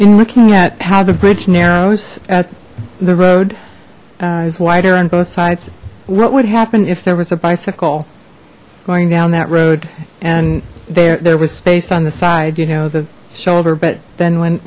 in looking at how the bridge narrows at the road is wider on both sides what would happen if there was a bicycle going down that road and there there was space on the side you know the shoulder but then when